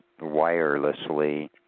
wirelessly